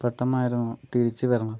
പെട്ടന്നായിരുന്നു തിരിച്ചു വരണം